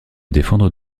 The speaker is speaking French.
défendre